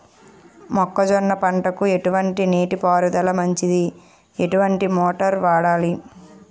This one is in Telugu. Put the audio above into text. మొక్కజొన్న పంటకు ఎటువంటి నీటి పారుదల మంచిది? ఎటువంటి మోటార్ వాడాలి?